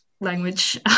language